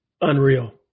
unreal